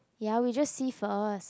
ya we just see first